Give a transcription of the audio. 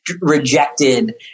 rejected